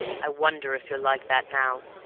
i wonder if you're like that now?